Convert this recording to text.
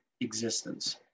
existence